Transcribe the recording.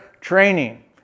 training